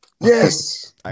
Yes